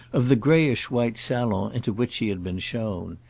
of the greyish-white salon into which he had been shown.